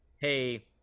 hey